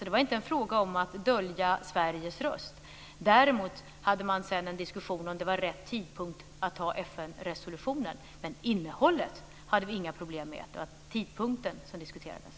Det var inte fråga om att dölja Sveriges röst. Däremot hade man sedan en diskussion om ifall det var rätt tidpunkt att anta FN-resolutionen. Men innehållet hade vi inga problem med. Det var tidpunkten som diskuterades.